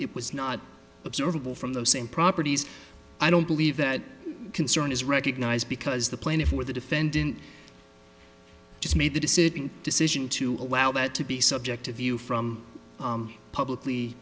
it was not observable from those same properties i don't believe that concern is recognized because the plaintiff or the defendant just made the decision decision to allow that to be subject to view from publicly